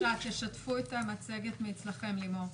בבקשה, תשתפו את המצגת מאצלכם, לימור.